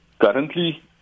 Currently